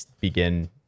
begin